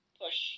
push